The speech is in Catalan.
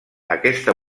aquesta